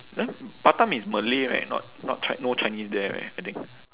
then batam is malay right not not chi~ no chinese there right I think